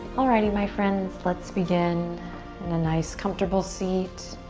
alrighty, my friends, let's begin in a nice, comfortable seat.